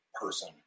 person